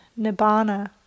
nibbana